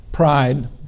pride